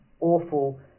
awful